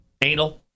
Anal